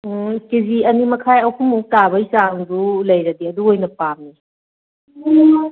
ꯎꯝ ꯀꯦꯖꯤ ꯑꯅꯤꯃꯈꯥꯏ ꯑꯍꯨꯝꯃꯨꯛ ꯇꯥꯕꯩ ꯆꯥꯡꯗꯨ ꯂꯩꯔꯗꯤ ꯑꯗꯨ ꯑꯣꯏꯅ ꯄꯥꯝꯃꯤ